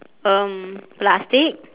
um plastic